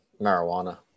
marijuana